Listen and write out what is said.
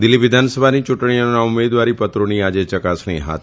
દીલ્ફી વિધાનસભાની ચુંટણીઓના ઉમેદવારી પત્રોની આજે યકાસણી હાથ